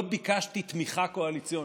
לא ביקשתי תמיכה קואליציונית.